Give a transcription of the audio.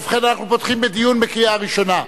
ובכן, אנחנו פותחים בדיון בקריאה ראשונה.